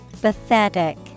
Pathetic